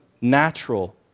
natural